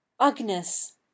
Agnes